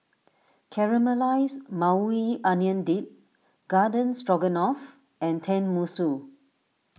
Caramelized Maui Onion Dip Garden Stroganoff and Tenmusu